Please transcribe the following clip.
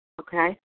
Okay